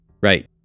Right